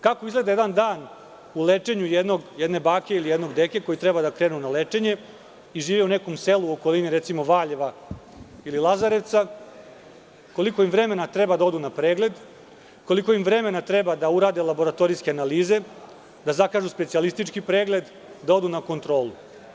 Kako izgleda jedan dan u lečenju jedne bake ili jednog deke koji treba da krene na lečenje i živi u nekom selu u okolini Valjeva ili Lazarevca, koliko im vremena treba da odu na pregled, koliko im vremena treba da urade laboratorijske analize, da zakažu specijalistički pregled, da odu na kontrolu?